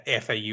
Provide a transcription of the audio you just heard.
FAU